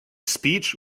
speech